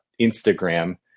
Instagram